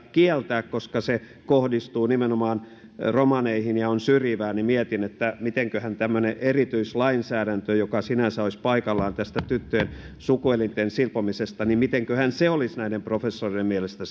kieltää koska se kohdistuu nimenomaan romaneihin ja on syrjivää mietin mitenköhän tämmöinen erityislainsäädäntö joka sinänsä olisi paikallaan tästä tyttöjen sukuelinten silpomisesta olisi sitten näiden professorien mielestä